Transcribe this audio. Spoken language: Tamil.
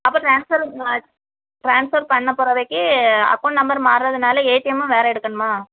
அப்போது ட்ரான்ஸ்பெர் ட்ரான்ஸ்பெர் பண்ண பொறகுக்கு அக்கௌண்ட் நம்பர் மாறுறதுனால ஏடிஎம்மும் வேறு எடுக்கணுமா